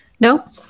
No